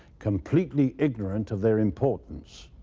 completely ignorant of their importance.